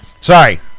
Sorry